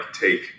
take